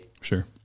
Sure